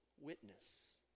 witness